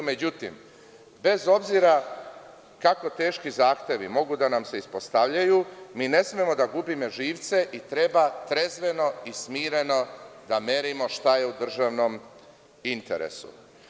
Međutim, bez obzira kako teški zahtevi mogu da nam se ispostavljaju, ne smemo da gubimo živce i treba trezveno i smireno da merimo šta je u državnom interesu.